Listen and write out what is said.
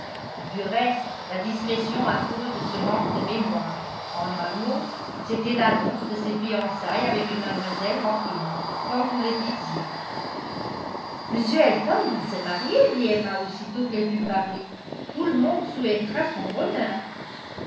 du reste la discrétion impose ce manque de mémoire en un mot c'était l'annonce de ses fiançailles avec une mlle hawkins comme vous le disiez m elton va se marier dit emma aussitôt qu'elle put parler tout le monde souhaitera son bonheur